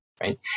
right